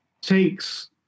takes